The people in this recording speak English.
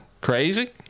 crazy